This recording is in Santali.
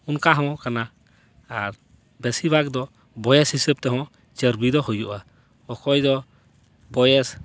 ᱚᱱᱠᱟ ᱦᱚᱸ ᱠᱟᱱᱟ ᱟᱨ ᱵᱮᱥᱤᱨ ᱵᱷᱟᱜᱽ ᱫᱚ ᱵᱚᱭᱮᱥ ᱦᱤᱥᱟᱹᱵᱽ ᱛᱮᱦᱚᱸ ᱪᱚᱨᱵᱤ ᱫᱚ ᱦᱩᱭᱩᱜᱼᱟ ᱚᱠᱚᱭ ᱫᱚ ᱵᱚᱭᱮᱥ